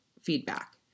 feedback